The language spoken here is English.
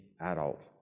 adult